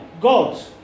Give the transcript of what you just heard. God